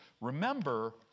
Remember